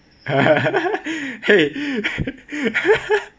!hey!